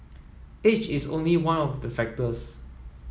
age is only one of the factors